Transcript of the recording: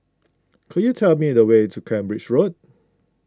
could you tell me the way to Cambridge Road